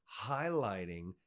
highlighting